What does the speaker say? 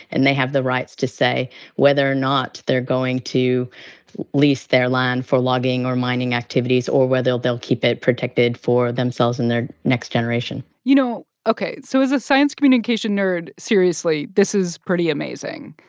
and they have the rights to say whether or not they're going to lease their land for logging or mining activities or whether they'll they'll keep it protected for themselves and their next generation you know ok, so as a science communication nerd, seriously, this is pretty amazing.